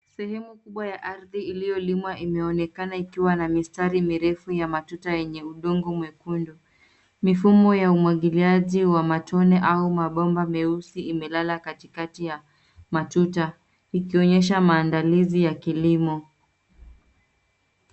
Sehemu kubwa ya ardhi iliyolimwa imeonekana ikiwa na mistari mirefu ya matuta yenye udongo mwekundu. Mifumo ya umwagiliaji wa matone au mabomba meusi imelala katikati ya matuta ikionyesha maandalizi ya kilimo.